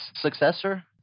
successor